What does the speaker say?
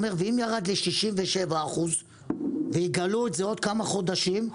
ואם ירד לי 67% ויגלו את זה עוד כמה חודשים?